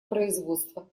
производство